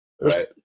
Right